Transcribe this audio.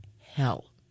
hell